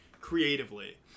creatively